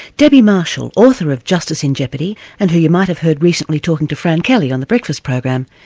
debi marshall, author of justice in jeopardy and who you might have heard recently talking to fran kelly on the breakfast program,